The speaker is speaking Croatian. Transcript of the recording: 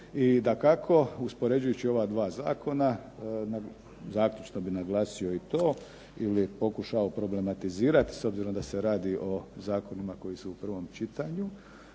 I dakako uspoređujući ova dva Zakona, zaključno bih naglasio i to, ili pokušao problematizirati s obzirom da se radi o zakonima koji su u prvom čitanju,